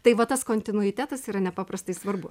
tai va tas kontinuitetas yra nepaprastai svarbu